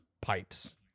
pipes